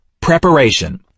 preparation